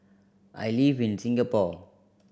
I live in Singapore